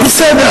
זה בסדר,